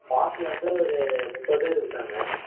coffee வந்து ஒரு முப்பதுப் பேருக் குடிப்பாங்க